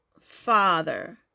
father